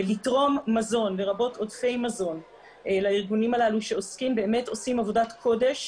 לתרום מזון לרבות עודפי מזון לארגונים שעושים עבודת קודש